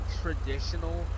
traditional